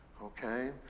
Okay